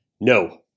no